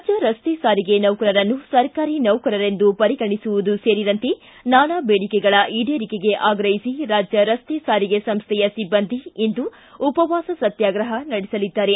ರಾಜ್ವ ರಸ್ತೆ ಸಾರಿಗೆ ನೌಕರರನ್ನು ಸರ್ಕಾರಿ ನೌಕರರೆಂದು ಪರಿಗಣಿಸುವುದು ಸೇರಿದಂತೆ ನಾನಾ ಬೇಡಿಕೆಗಳ ಈಡೇರಿಕೆಗೆ ಆಗ್ರಹಿಸಿ ರಾಜ್ಯ ರಸ್ತೆ ಸಾರಿಗೆ ಸಂಸ್ವೆಯ ಸಿಬ್ಬಂದಿ ಇಂದು ಉಪವಾಸ ಸತ್ತಾಗ್ರಹ ನಡೆಸಲಿದ್ದಾರೆ